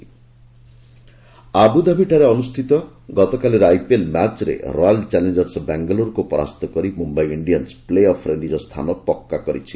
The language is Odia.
ଆଇପିଏଲ୍ ଆବୁଧାବିଠାରେ ଅନୁଷ୍ଠିତ ଗତକାଲିର ଆଇପିଏଲ୍ ମ୍ୟାଚ୍ରେ ରୟାଲ ଚାଲେଞ୍ଜର୍ସ ବାଙ୍ଗାଲୋରକୁ ପରାସ୍ତ କରି ମୁମ୍ବାଇ ଇଣ୍ଡିଆନ୍ନ ପ୍ଲେ ଅଫ୍ରେ ନିଜ ସ୍ଥାନ ପକ୍କା କରିଛି